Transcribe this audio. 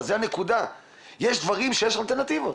יש דברים שיש אלטרנטיבות,